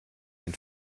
den